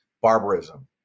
barbarism